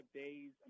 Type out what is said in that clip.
days